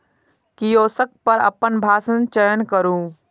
kiosk पर अपन भाषाक चयन करू